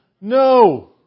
No